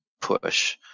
push